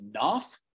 enough